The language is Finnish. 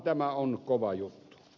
tämä on kova juttu